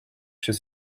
chez